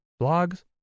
blogs